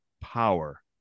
power